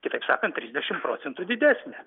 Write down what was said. kitaip sakant trisdešimt procentų didesnė